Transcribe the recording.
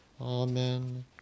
Amen